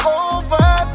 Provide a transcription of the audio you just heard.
over